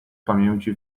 pamięci